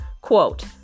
quote